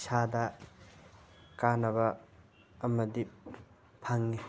ꯏꯁꯥꯗ ꯀꯥꯟꯅꯕ ꯑꯃꯗꯤ ꯐꯪꯉꯤ